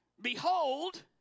Behold